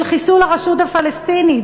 של חיסול הרשות הפלסטינית,